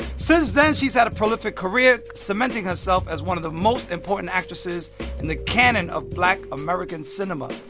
since then, she's had a prolific career, cementing herself as one of the most important actresses in the canon of black american cinema.